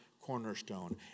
cornerstone